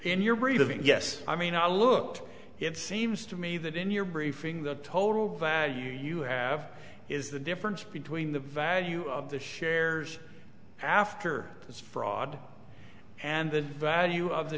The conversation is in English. in your breathing yes i mean i looked it seems to me that in your briefing the total value you have is the difference between the value of the shares after its fraud and the value of the